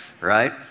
right